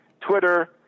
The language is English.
Twitter